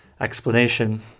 Explanation